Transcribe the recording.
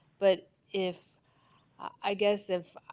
but if i guess if